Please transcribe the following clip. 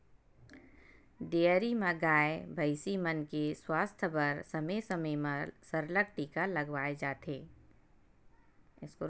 dairy म गाय, भइसी मन के सुवास्थ बर समे समे म सरलग टीका लगवाए जाथे